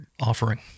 offering